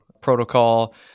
protocol